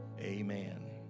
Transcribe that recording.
amen